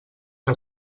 que